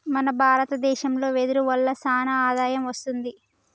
మన భారత దేశంలో వెదురు వల్ల సానా ఆదాయం వస్తుంది